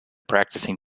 practicing